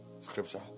scripture